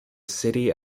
city